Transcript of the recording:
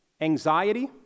anxiety